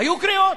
היו קריאות?